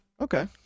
Okay